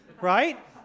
right